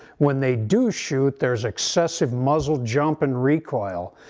when they do shoot there is excessive muzzle jump and recoil.